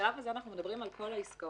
בשלב השני אנחנו מדברים על כל העסקאות.